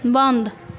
बन्द